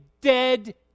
dead